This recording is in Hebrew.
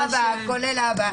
כולל אבא.